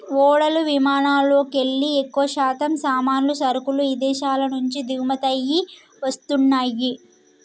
ఓడలు విమానాలల్లోకెల్లి ఎక్కువశాతం సామాన్లు, సరుకులు ఇదేశాల నుంచి దిగుమతయ్యి వస్తన్నయ్యి